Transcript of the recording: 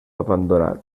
abandonat